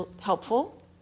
helpful